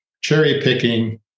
cherry-picking